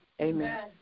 Amen